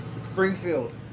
Springfield